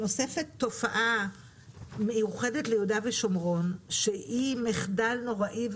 נוספת תופעה מיוחדת ליהודה ושומרון שהיא מחדל נוראי,